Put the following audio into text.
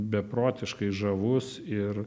beprotiškai žavus ir